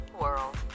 world